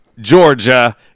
Georgia